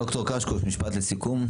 משפט לסיום.